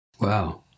Wow